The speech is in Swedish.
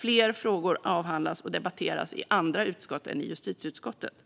Flera frågor avhandlas och debatteras i andra utskott än i justitieutskottet.